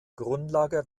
grundlage